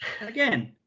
again